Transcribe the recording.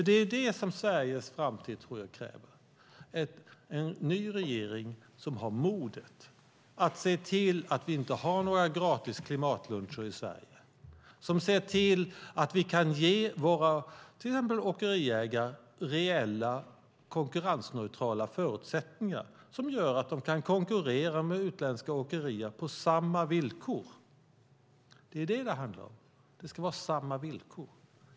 Det är det som Sveriges framtid kräver - en ny regering som har modet att se till att vi inte har några gratis klimatluncher i Sverige och se till att vi kan ge till exempel våra åkeriägare reella, konkurrensneutrala förutsättningar som gör att de kan konkurrera med utländska åkerier på samma villkor. Det är det som det handlar om - det ska vara samma villkor.